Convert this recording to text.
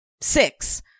six